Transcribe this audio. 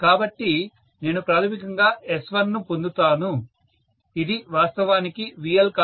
కాబట్టి నేను ప్రాథమికంగా S1 ను పొందుతాను ఇది వాస్తవానికి VLI1